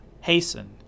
hasten